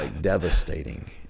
devastating